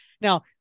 now